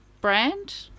brand